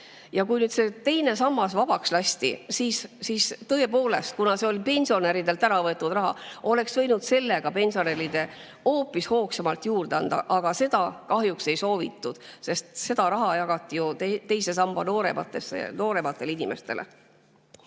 tõusu. Kui teine sammas vabaks lasti, siis tõepoolest, kuna see oli pensionäridelt äravõetud raha, oleks võinud pensionäridele hoopis hoogsamalt juurde anda, aga seda kahjuks ei soovitud, sest see raha jagati teise sambasse noorematele inimestele.